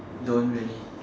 don't really